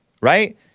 right